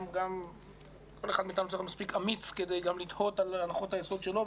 כל אחד מאתנו צריך להיות מספיק אמיץ כדי לתהות גם על הנחות היסוד שלו,